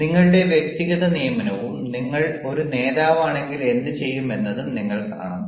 നിങ്ങളുടെ വ്യക്തിഗത നിയമനവും നിങ്ങൾ ഒരു നേതാവാണെങ്കിൽ എന്തുചെയ്യും എന്നതും നിങ്ങൾ കാണണം